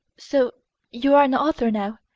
so you are an author now,